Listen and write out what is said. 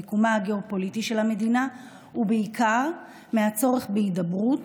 ממיקומה הגיאופוליטי של המדינה ובעיקר מהצורך בהידברות